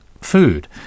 food